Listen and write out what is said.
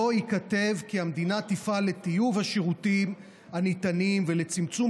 שבו ייכתב כי המדינה תפעל לטיוב השירותים הניתנים ולצמצום